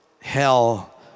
hell